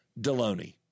Deloney